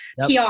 PR